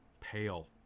pale